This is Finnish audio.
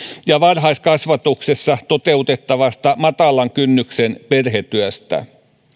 ja varhaiskasvatuksessa toteutettavasta matalan kynnyksen perhetyöstä